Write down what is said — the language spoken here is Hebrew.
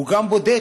או שהוא גם בודק,